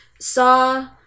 saw